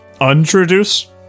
Introduce